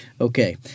Okay